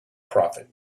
prophet